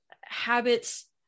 habits